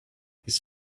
his